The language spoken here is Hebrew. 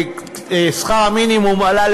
ושכר המינימום עלה,